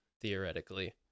theoretically